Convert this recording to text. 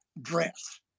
dress